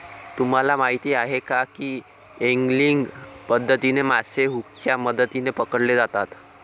तुम्हाला माहीत आहे का की एंगलिंग पद्धतीने मासे हुकच्या मदतीने पकडले जातात